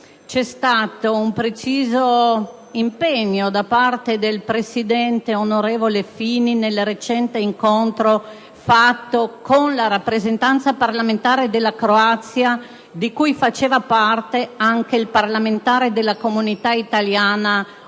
c'è stato un preciso impegno da parte del presidente Fini durante il recente incontro con la rappresentanza parlamentare della Croazia, di cui faceva parte anche il parlamentare della comunità italiana,